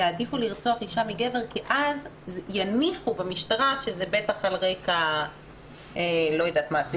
יעדיפו לרצוח אישה מגבר כי אז יניחו במשטרה שבטח על רקע לא יודעת מה,